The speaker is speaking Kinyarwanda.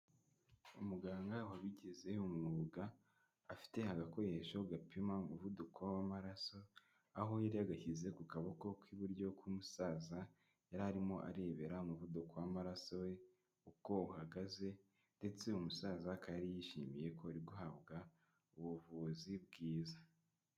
Umuganga wabigize umwuga afite agakoresho gapima umuvuduko w'amaraso, aho yari yagashyize ku kaboko k'iburyo k'umusaza yarimo arebera umuvuduko w'amaraso we uko uhagaze ndetse umusaza akaba yari yishimiye ko ari guhabwa ubuvuzi bwiza.